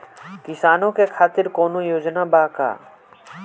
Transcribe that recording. किसानों के खातिर कौनो योजना बा का?